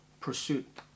pursuit